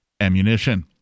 ammunition